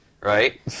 Right